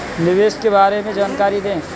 निवेश के बारे में जानकारी दें?